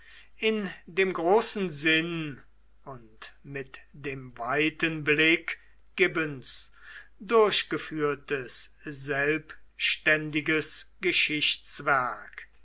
in dem großen sinn und mit dem weiten blick gibbons durchgeführtes selbständiges geschichtswerk